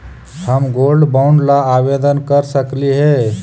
हम gold bond ला आवेदन कर सकली हे?